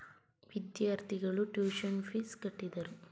ವಿದ್ಯಾರ್ಥಿಗಳು tuition fees ಕಟ್ಟಿದರು